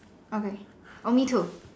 okay oh me too